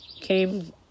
came